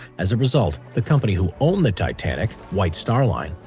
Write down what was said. as a result, the company who owned the titanic, white star line,